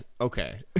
okay